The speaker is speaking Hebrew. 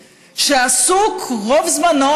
שעסוק רוב זמנו,